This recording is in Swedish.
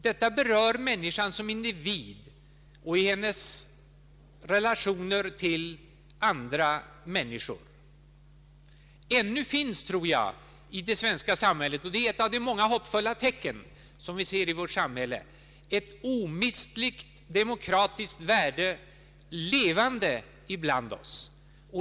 Detta berör människan som individ och hennes relationer till andra människor. Ännu finns, tror jag, i det svenska samhället — och det är ett av de många hoppfulla tecken som vi ser i vårt samhälle — ett omistligt demokratiskt värde levande ibland oss.